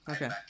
Okay